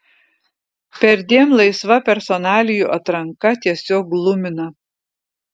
perdėm laisva personalijų atranka tiesiog glumina